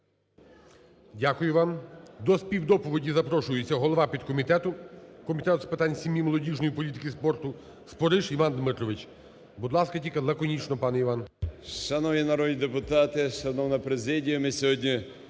Дякую вам. До співдоповіді запрошується голова підкомітету Комітету з питань сім'ї молодіжної політики спорту Спориш Іван Дмитрович. Будь ласка, тільки лаконічно, пане Іван.